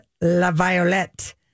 LaViolette